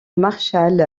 marshall